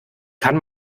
kann